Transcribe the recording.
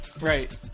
Right